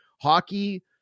hockey